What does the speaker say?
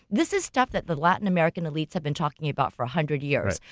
this is stiff that the latin american elites have been talking about for a hundred years.